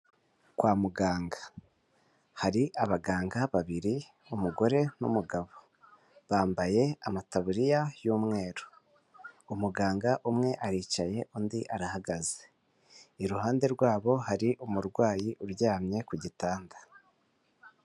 Kwa muganga hari abaganga babiri umugore n'umugabo, bambaye amataburiya y'umweru, umuganga umwe aricaye undi arahagaze, iruhande rwabo hari umurwayi uryamye ku gitanda.